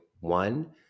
One